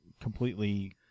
completely